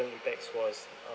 effects was